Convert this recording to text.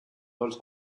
also